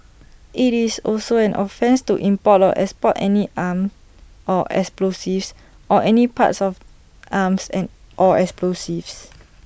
IT is also an offence to import or export any arms or explosives or any parts of arms and or explosives